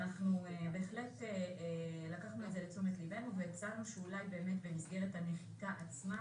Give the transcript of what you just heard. ואנחנו בהחלט לקחנו את זה לתשומת לבנו והצענו שאולי במסגרת הנחיתה עצמה,